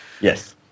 Yes